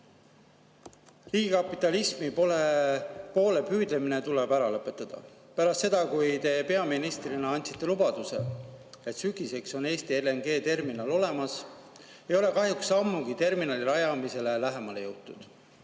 Riigikapitalismi poole püüdlemine tuleb ära lõpetada. Pärast seda, kui te peaministrina andsite lubaduse, et sügiseks on Eestil LNG-terminal olemas, ei ole kahjuks sammugi terminali rajamisele lähemale jõutud.